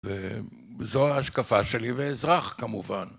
וזו ההשקפה שלי ואזרח כמובן.